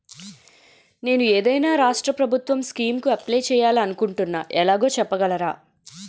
నేను ఏదైనా రాష్ట్రం ప్రభుత్వం స్కీం కు అప్లై చేయాలి అనుకుంటున్నా ఎలాగో చెప్పగలరా?